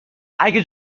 اگه